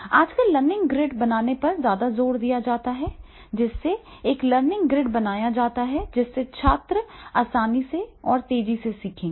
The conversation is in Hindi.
आजकल लर्निंग ग्रिड बनाने पर ज्यादा जोर दिया जाता है जिससे एक लर्निंग ग्रिड बनाया जाता है जिससे छात्र आसानी से और तेजी से सीखेंगे